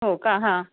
हो का हां